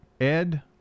Ed